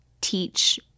teach